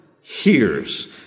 hears